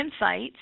insights